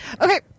okay